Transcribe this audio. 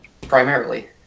primarily